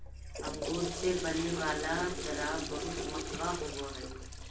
अंगूर से बने वाला शराब बहुत मँहगा होवऽ हइ